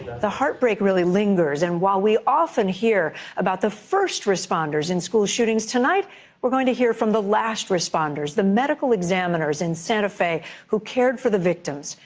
the heartbreak lingers. and while we often hear about the first responders in school shootings, tonight we're going to hear from the last responders. the medical examiners in santa fe who cared for the victims.